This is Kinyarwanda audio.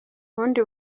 bundi